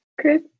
chris